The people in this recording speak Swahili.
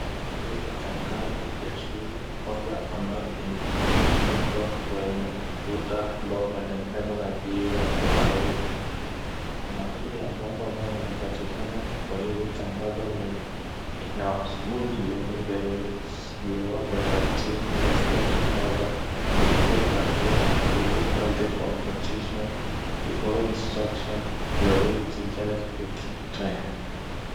Hii ni tangazo ya shule ambayo imebandikwa kwenye ukuta ambayo imetengenezwa kwa jiwe ya kahawia. Baadhi ya mambo linalopatikana kwa hili tangazo ni IN OUR SCHOOL We obey the rules We respect each other We chase our dreams We healthy competition We follow instructions We obey teachersv We keep time .